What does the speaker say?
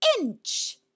inch